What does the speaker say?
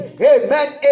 Amen